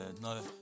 no